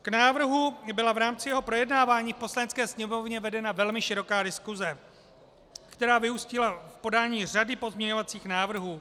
K návrhu byla v rámci jeho projednávání v Poslanecké sněmovně vedena velmi široká diskuse, která vyústila v podání řady pozměňovacích návrhů.